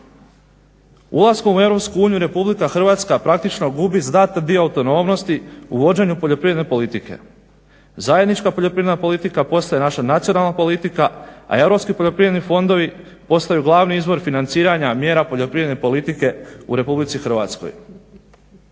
Europsku uniju Republika Hrvatska praktično gubi znatni dio autonomnosti u vođenju poljoprivredne politike. Zajednička poljoprivredna politika postaje naša nacionalna politika, a Europski poljoprivredni fondovi postaju glavni izbor financiranja mjera poljoprivredne politike u RH.